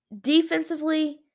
defensively